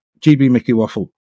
GBMickeyWaffle